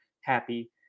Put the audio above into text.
happy